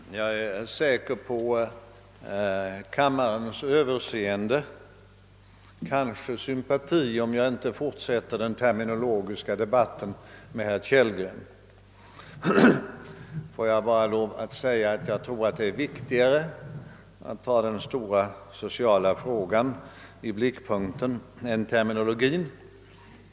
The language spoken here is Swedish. Herr talman! Jag är förvissad om kammarens överseende och kanske sympati om jag inte fortsätter den terminologiska debatten med herr Kellgren. Låt mig bara understryka att det är viktigare att ha: den stora sociala frågan i blickpunkten än terminologin.